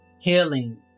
healing